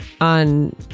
on